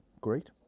great